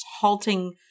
halting